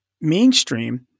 mainstream